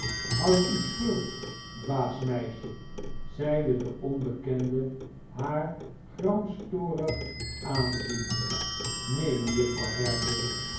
houdt u stil dwaas meisje zeide de onbekende haar samstorig aanziende neen mejuffer